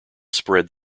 spread